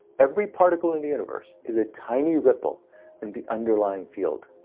every particle in the universe is a tiny ripple in the underlying field,